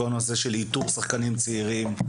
כל נושא של איתור שחקנים צעירים,